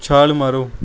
ਛਾਲ ਮਾਰੋ